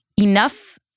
enough